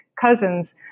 cousins